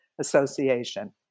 Association